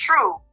true